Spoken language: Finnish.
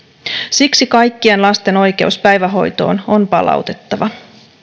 siksi kaikkien lasten oikeus päivähoitoon on palautettava